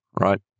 right